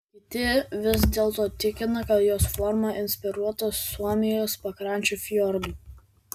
kiti vis dėlto tikina kad jos forma inspiruota suomijos pakrančių fjordų